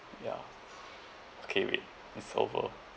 yeah okay wait it's over